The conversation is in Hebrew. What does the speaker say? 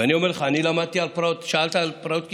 ואני אומר לך, שאלת על פרעות קישינב?